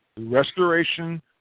restoration